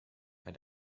bei